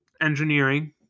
engineering